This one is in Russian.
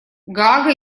гаага